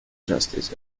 justice